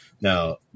Now